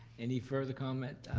any further comment?